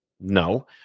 No